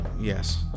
Yes